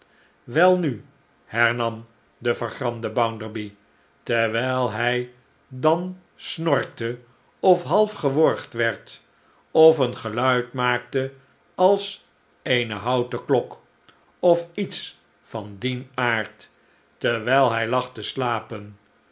welnu hernam de vergramde bounder by terwijl hij dan snorkte of half geworgd werd of een geluid maakte als eene houten klok of iets van dien aard terwh'i hij lag te slapen